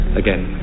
again